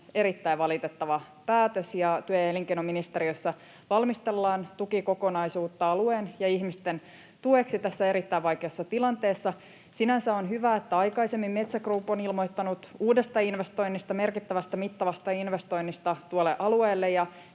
erittäin valitettava päätös. Työ- ja elinkeinoministeriössä valmistellaan tukikokonaisuutta alueen ja ihmisten tueksi tässä erittäin vaikeassa tilanteessa. Sinänsä on hyvä, että aikaisemmin Metsä Group on ilmoittanut uudesta investoinnista, merkittävästä, mittavasta investoinnista tuolle alueelle,